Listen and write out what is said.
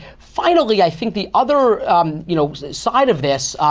finally, i think the other you know side of this,